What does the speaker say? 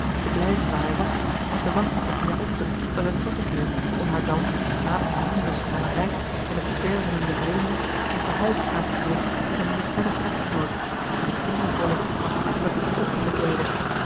te blijven waar hij was en te wachten tot lina ochten zou zijn teruggekeerd om haar dan na de vermoeienissen van eene reis en het zwerven in den vreemde een te huis aan te bieden met een liefhebbend echtgenoot die eene eervolle maatschappelijke betrekking bekleedde